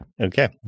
Okay